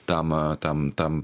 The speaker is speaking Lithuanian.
tam tam tam